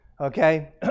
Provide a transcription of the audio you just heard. Okay